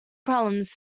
problems